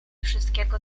wszystkiego